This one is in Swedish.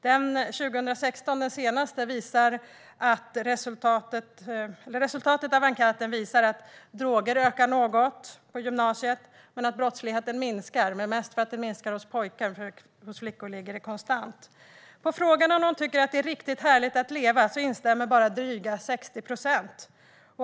Resultatet från den senaste enkäten 2016 visar att droganvändningen ökar något på gymnasiet, men brottsligheten minskar - mest hos pojkar; hos flickor ligger den konstant. På frågan om eleverna tycker att det är riktigt härligt att leva instämmer bara dryga 60 procent.